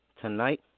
Tonight